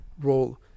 role